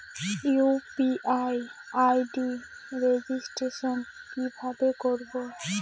UPI ID registration কিভাবে করব?